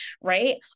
right